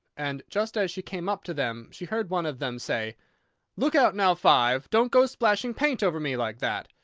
and just as she came up to them she heard one of them say look out now, five! don't go splashing paint over me like that!